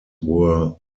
were